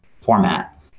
format